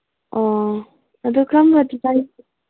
ꯑꯥ ꯑꯗꯨ ꯀꯔꯝꯕꯗꯤ ꯆꯥꯅꯤꯡ